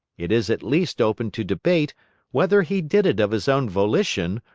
it is at least open to debate whether he did it of his own volition,